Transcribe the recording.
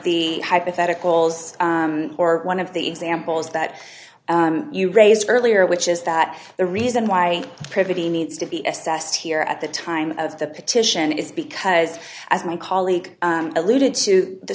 the hypotheticals or one of the examples that you raised earlier which is that the reason why pretty needs to be assessed here at the time of the petition is because as my colleague alluded to the